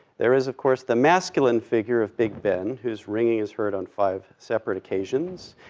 there is, of course, the masculine figure of big ben, whose ringing is heard on five separate occasions,